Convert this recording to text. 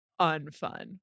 unfun